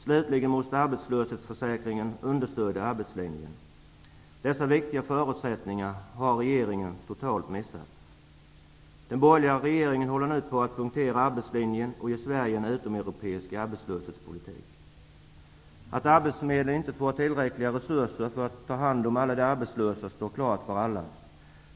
Slutligen måste arbetslöshetsförsäkringen understödja arbetslinjen. Dessa viktiga förutsättningar har regeringen totalt missat. Den borgerliga regeringen håller nu på att punktera arbetslinjen och ge Sverige en utomeuropeisk arbetslöshetspolitik. Att arbetsförmedlingarna inte får tillräckliga resurser för att ta hand om alla arbetslösa står klart för alla.